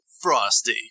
frosty